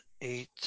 eight